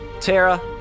Tara